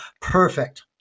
perfect